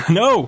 no